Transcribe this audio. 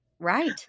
Right